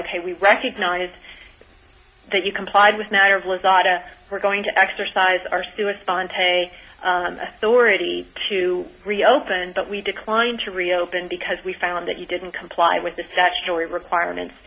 ok we recognized that you complied with matter of was oughta we're going to exercise our steward sponte authority to reopen but we declined to reopen because we found that you didn't comply with the statutory requirements